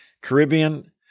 Caribbean